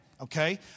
Okay